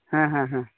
ᱦᱮᱸᱦᱮᱸ ᱦᱮᱸ